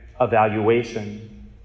evaluation